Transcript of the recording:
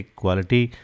quality